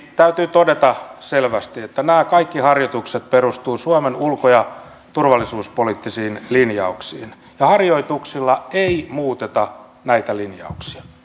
täytyy todeta selvästi että nämä kaikki harjoitukset perustuvat suomen ulko ja turvallisuuspoliittisiin linjauksiin ja harjoituksilla ei muuteta näitä linjauksia